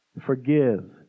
Forgive